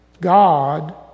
God